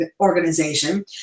Organization